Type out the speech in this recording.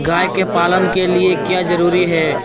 गाय के पालन के लिए क्या जरूरी है?